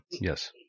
Yes